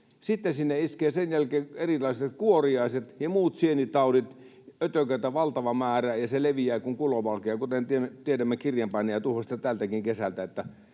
Sinne iskevät sen jälkeen erilaiset kuoriaiset ja muut sienitaudit, ötököitä valtava määrä, ja se leviää kuin kulovalkea. Kuten tiedämme kirjanpainajatuhosta tältäkin kesältä,